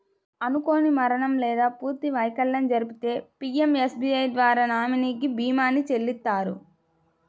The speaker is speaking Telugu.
అనుకోని మరణం లేదా పూర్తి వైకల్యం జరిగితే పీయంఎస్బీఐ ద్వారా నామినీకి భీమాని చెల్లిత్తారు